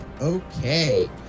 Okay